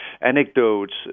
anecdotes